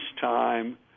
time